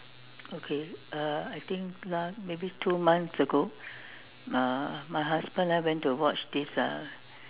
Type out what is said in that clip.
okay uh I think last maybe two months ago uh my husband and I went to watch this uh